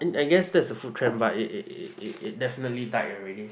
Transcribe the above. I I guess that's the food trend but it it it it it definitely died already